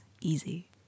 easy